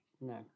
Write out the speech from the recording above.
No